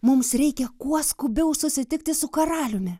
mums reikia kuo skubiau susitikti su karaliumi